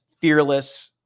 Fearless